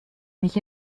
mich